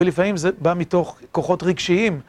ולפעמים זה בא מתוך כוחות רגשיים.